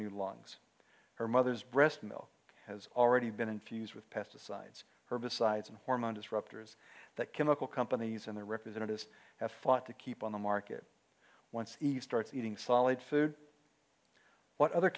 new lungs her mother's breast milk has already been infused with pesticides herbicides and hormone disruptors that chemical companies and their representatives have fought to keep on the market once he starts eating solid food what other